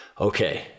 Okay